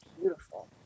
beautiful